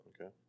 okay